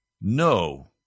no